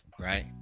right